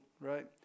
right